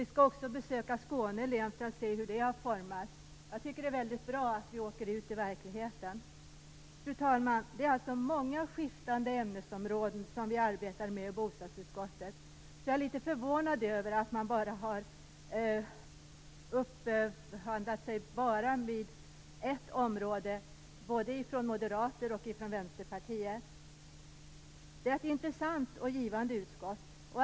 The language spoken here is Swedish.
Vi skall också besöka Skåne län för att se hur det har formats. Det är bra att vi åker ut i verkligheten. Fru talman! Vi arbetar alltså med många skiftande ämnesområden i bostadsutskottet. Därför är jag litet förvånad över att man bara har uppehållit sig vid ett område; det gäller både Moderaterna och Vänsterpartiet. Bostadsutskottet är ett intressant och givande utskott.